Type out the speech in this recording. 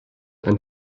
and